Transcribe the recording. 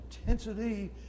intensity